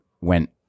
went